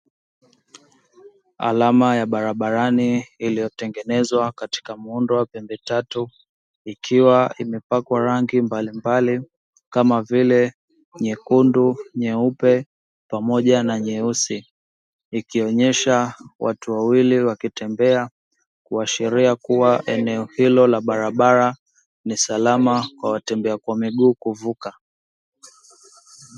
Alama ya barabarani iliyotengenezwa katika muundo wa pembe tatu ikiwa imepakwa rangi mbalimbali kama vile nyekundu, nyeupe pamoja na nyeusi. Ikionesha watu wawili wakitembea kuashiria kuwa eneo hilo la barabara, ni salama kwa watembea kwa miguu kuvuka.